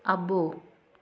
అబ్బో